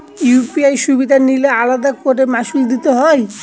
UPI সুবিধা নিলে আলাদা করে মাসুল দিতে হয়?